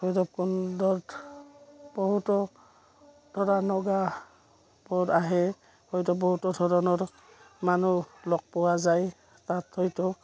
ভৈৰৱকুণ্ডত বহুতো ধৰা নগাবোৰ আহে হয়তো বহুতো ধৰণৰ মানুহ লগ পোৱা যায় তাত হয়তো